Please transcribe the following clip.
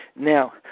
now